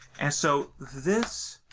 and so, this